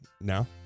now